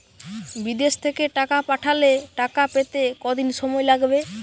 বিদেশ থেকে টাকা পাঠালে টাকা পেতে কদিন সময় লাগবে?